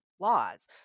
laws